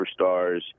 superstars